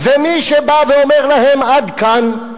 ומי שבא ואומר להם "עד כאן",